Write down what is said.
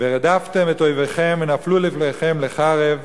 "ורדפתם את אֹיבכם ונפלו לפניכם לחרב,